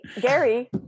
Gary